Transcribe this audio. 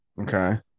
okay